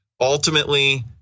ultimately